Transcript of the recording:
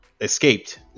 escaped